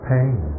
Pain